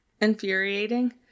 Infuriating